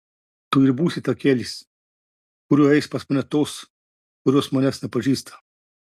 tu ir būsi takelis kuriuo eis pas mane tos kurios manęs nepažįsta